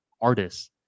artists